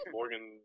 Morgan